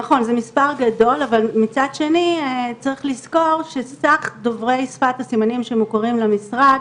אבל מצד שני צריך לזכור שסך דוברי שפת הסימנים שמוכרים למשרד